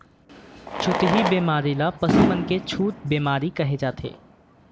छुतही बेमारी ल पसु मन के छूत बेमारी कहे जाथे